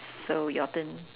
so your turn